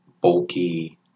bulky